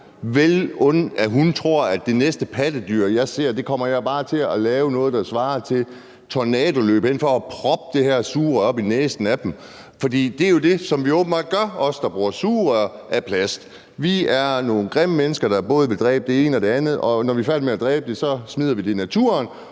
fordi hun tror, at med det næste pattedyr, jeg ser, kommer jeg bare til at lave noget, der svarer til et tornadoløb ind for at proppe det her sugerør op i næsen af det. For det er jo det, som vi åbenbart gør, os, der bruger sugerør af plast. Vi er nogle grimme mennesker, der både vil dræbe det ene og det andet, og når vi er færdige med at dræbe, smider vi dem i naturen,